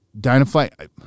DynaFlight –